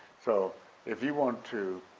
so if you want to,